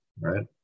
right